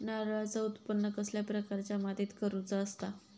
नारळाचा उत्त्पन कसल्या प्रकारच्या मातीत करूचा असता?